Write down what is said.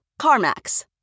CarMax